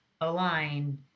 align